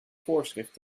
voorschrift